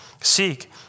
Seek